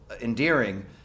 endearing